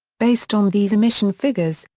based on these emission figures,